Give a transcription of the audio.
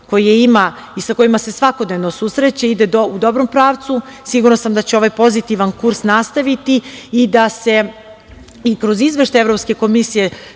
koje ima i sa kojima se svakodnevno susreće ide u dobrom pravcu. Sigurna sam da će ovaj pozitivan kurs nastaviti i da se kroz Izveštaj Evropske komisije